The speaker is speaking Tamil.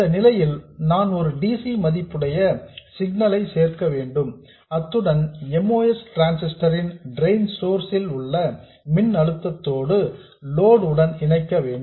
இந்த நிலையில் நான் ஒரு dc மதிப்புடைய சிக்னல் ஐ சேர்க்க வேண்டும் அத்துடன் MOS டிரான்ஸிஸ்டர் ன் டிரெயின் சோர்ஸ் ல் உள்ள மின்னழுத்தத்தை லோடு உடன் இணைக்க வேண்டும்